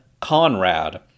Conrad